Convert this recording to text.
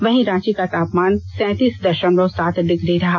वहीं रांची का तापमान सैंतीस दशमलव सात डिग्री रहा